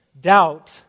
Doubt